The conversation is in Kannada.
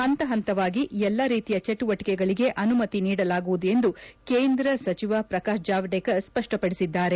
ಹಂತ ಹಂತವಾಗಿ ಎಲ್ಲ ರೀತಿಯ ಚಟುವಟಕೆಗಳಿಗೆ ಅನುಮತಿ ನೀಡಲಾಗುವುದು ಎಂದು ಕೇಂದ್ರ ಸಚಿವ ಪ್ರಕಾಶ್ ಜಾವಡೇಕರ್ ಸ್ವಪ್ಪಪಡಿಸಿದ್ದಾರೆ